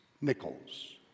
Nichols